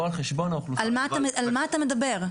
על חשבון האוכלוסיות --- על מה אתה מדבר?